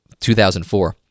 2004